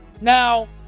Now